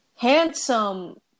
handsome